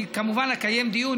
אני כמובן אקיים דיון.